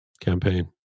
campaign